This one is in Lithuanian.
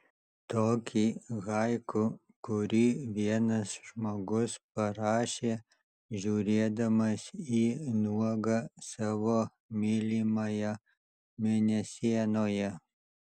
tokį haiku kurį vienas žmogus parašė žiūrėdamas į nuogą savo mylimąją mėnesienoje